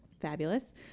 Fabulous